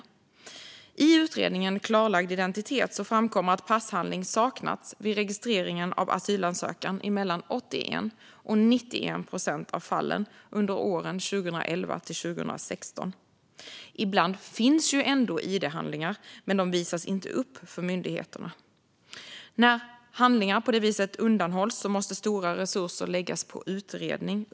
I utredningen Klarlagd identitet - om utlänningars rätt att vistas i Sverige, inre utlänningskontroller och missbruk av identitetshandlingar framkommer att passhandling saknats vid registrering av asylansökningar i mellan 81 och 91 procent av fallen under åren 2011-2016. Ibland finns id-handlingar, men de visas inte upp för myndigheterna. När handlingar på det viset undanhålls måste stora resurser läggas på utredning.